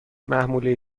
محموله